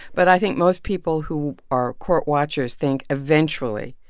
but i think most people who are court-watchers think eventually,